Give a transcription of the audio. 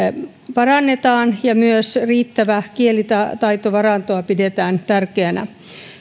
parannetaan ja myös riittävää kielitaitovarantoa pidetään tärkeänä